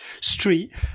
street